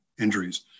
injuries